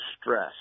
stress